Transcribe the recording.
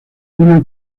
una